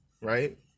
right